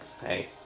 hey